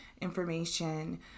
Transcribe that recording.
information